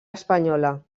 espanyola